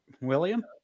William